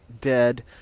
dead